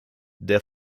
der